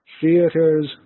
theaters